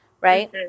right